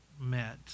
met